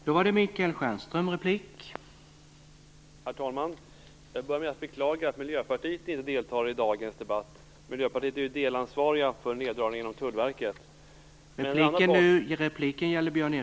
Herr talman! Jag skall börja med att beklaga att Miljöpartiet inte deltar i dagens debatt. Miljöpartiet är ju delansvarigt för neddragningarna inom Tullverket.